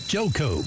Joko